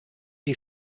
die